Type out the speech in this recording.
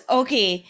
okay